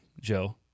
Joe